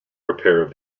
repair